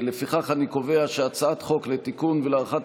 לפיכך אני קובע שהצעת חוק לתיקון ולקיום